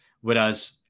Whereas